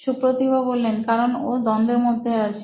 সুপ্রতিভ কারণ ও দ্বন্দ্বের মধ্যে রয়েছে